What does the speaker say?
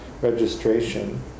registration